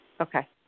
Okay